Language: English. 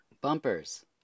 bumpers